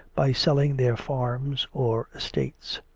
by selling their farms or estates.